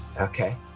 Okay